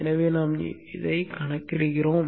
எனவே நாம் இவ்வாறு கணக்கிடுகிறோம்